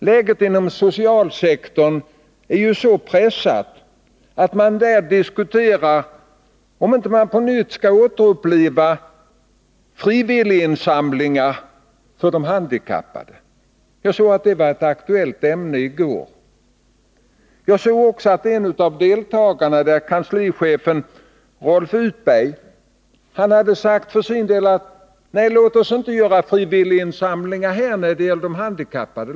Läget inom socialsektorn är ju så pressat att man diskuterar att på nytt starta frivilliginsamlingar för de handikappade — jag såg att det var ett aktuellt ämne i går. Jag såg också att en av deltagarna i den diskussionen, kanslichefen Rolf Utberg, sagt så här: Låt oss inte göra frivilliginsamlingar när det gäller de handikappade.